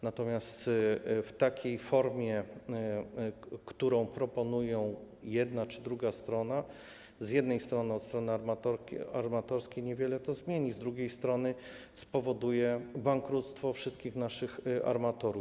Natomiast w takiej formie, którą proponuje jedna czy druga strona, z jednej strony, od strony armatorskiej niewiele to zmieni, z drugiej strony, spowoduje bankructwo wszystkich naszych armatorów.